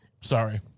Sorry